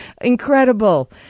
incredible